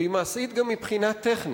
והיא מעשית גם מבחינה טכנית,